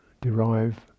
derive